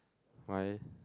why